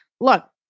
look